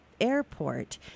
airport